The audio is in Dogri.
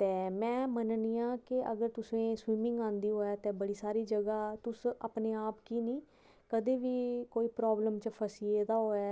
ते में मनन्नी आं के अगर तुसें गी स्विमिंग आंदी होऐ ते बड़ी सारी ज'गा तुस अपने आप गी नेईं कदें बी कोई प्राब्लम च फसी गेदा होऐ